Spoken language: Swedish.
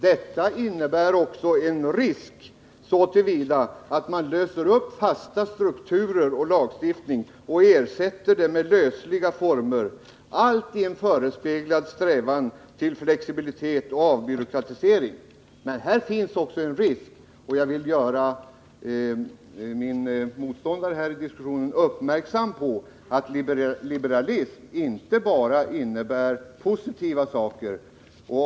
Detta innebär också en risk så till vida att man löser upp fasta strukturer och lagstiftning och ersätter denna ordning med lösliga former — allt i en förespeglad strävan till Jag vill göra min motståndare i diskussionen uppmärksam på att liberalism Torsdagen den inte innebär bara positiva saker.